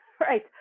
Right